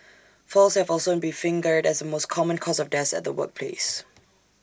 falls have also been fingered as the most common cause of deaths at the workplace